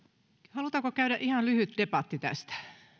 halutaanko käydä ihan lyhyt debatti tästä no